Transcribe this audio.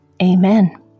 Amen